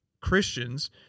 Christians